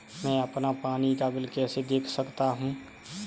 मैं अपना पानी का बिल कैसे देख सकता हूँ?